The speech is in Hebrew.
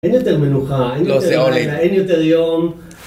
אין יותר מנוחה, אין יותר לילה, אין יותר יום.